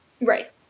right